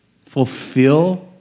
fulfill